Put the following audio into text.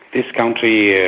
this country yeah